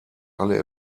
alle